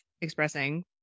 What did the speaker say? expressing